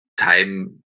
time